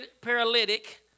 paralytic